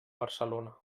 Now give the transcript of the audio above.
barcelona